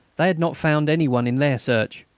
they had not found any one in their search.